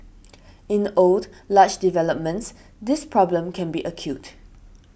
in old large developments this problem can be acute